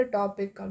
topic